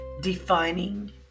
defining